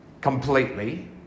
Completely